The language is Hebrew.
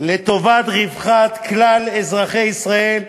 לרווחת כללי אזרחי ישראל,